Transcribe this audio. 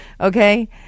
okay